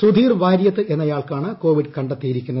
സുധീർ വാര്യത്ത് എന്നയാൾക്കാണ് കൊവിഡ് കണ്ടെത്തിയിരിക്കുന്നത്